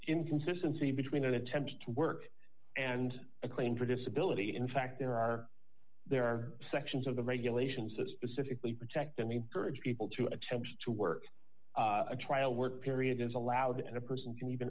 inconsistency between an attempt to work and a claim for disability in fact there are there are sections of the regulations that specifically protect them ie urge people to attempt to work a trial work period is allowed and a person can